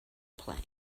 plane